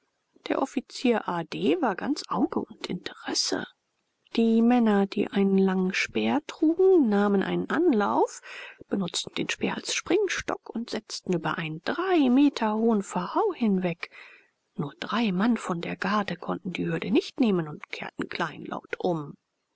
der offizier a d war ganz auge und interesse die männer die einen langen speer trugen nahmen einen anlauf benutzten den speer als springstock und setzten über einen drei meter hohen verhau hinweg nur drei mann von der garde konnten die hürde nicht nehmen und kehrten kleinlaut um